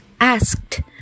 asked